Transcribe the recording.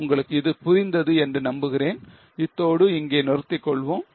எனவே உங்களுக்கு இது புரிந்தது என்று நம்புகிறேன் இத்தோடு நாம் இங்கே நிறுத்திக் கொள்வோம்